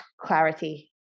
clarity